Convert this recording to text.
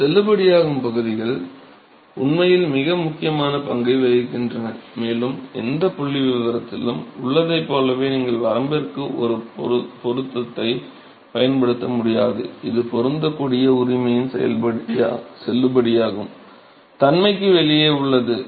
இந்த செல்லுபடியாகும் பகுதிகள் உண்மையில் மிக முக்கியமான பங்கை வகிக்கின்றன மேலும் எந்தப் புள்ளிவிபரத்திலும் உள்ளதைப் போலவே நீங்கள் வரம்பிற்கு ஒரு பொருத்தத்தைப் பயன்படுத்த முடியாது இது பொருந்தக்கூடிய உரிமையின் செல்லுபடியாகும் தன்மைக்கு வெளியே உள்ளது